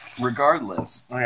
Regardless